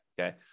Okay